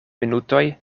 minutoj